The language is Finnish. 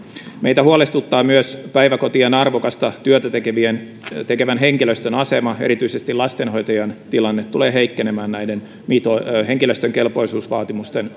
meitä huolestuttaa myös päiväkotien arvokasta työtä tekevän henkilöstön asema erityisesti lastenhoitajien tilanne tulee heikkenemään henkilöstön kelpoisuusvaatimusten